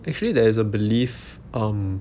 actually there is a belief um